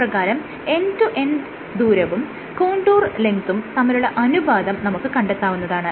ഇപ്രകാരം end to end ദൂരവും contour ലെങ്ത്തും തമ്മിലുള്ള അനുപാതം നമുക്ക് കണ്ടെത്താവുന്നതാണ്